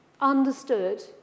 understood